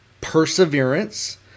perseverance